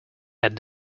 had